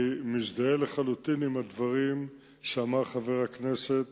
אני מזדהה לחלוטין עם הדברים שאמר חבר הכנסת